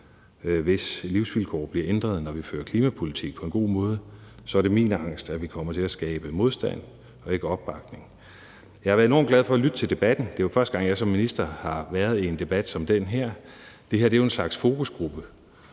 hvis livsvilkår bliver ændret, når vi fører klimapolitik, på en god måde, så er det min angst, at vi kommer til at skabe modstand og ikke opbakning. Jeg har været enormt glad for at lytte til debatten. Det er første gang, jeg som minister har været i en debat som den her. Det her er jo en slags fokusgruppe